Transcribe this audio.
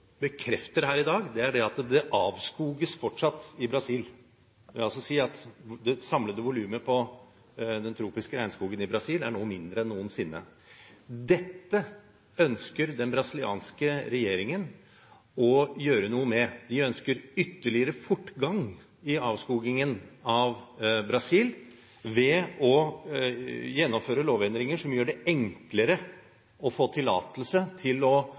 samlede volum på den tropiske regnskogen i Brasil er nå mindre enn noensinne. Dette ønsker den brasilianske regjeringen å gjøre noe med. De ønsker ytterligere fortgang i avskogingen av Brasil ved å gjennomføre lovendringer som gjøre det enklere å få tillatelse til å